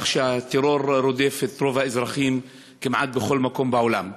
כך שהטרור רודף את רוב האזרחים כמעט בכל מקום בעולם.